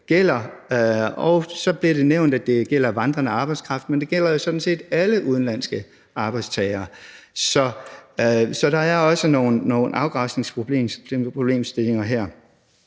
Og så blev det nævnt, at det gælder vandrende arbejdskraft, men det gælder jo sådan set alle udenlandske arbejdstagere. Så der er også nogle afgrænsningsproblemstillinger her.